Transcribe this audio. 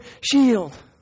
shield